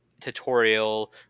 tutorial